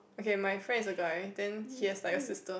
okay my friend is a guy then he has like a sister